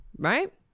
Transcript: Right